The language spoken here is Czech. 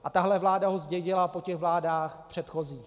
A tahle vláda ho zdědila po vládách předchozích.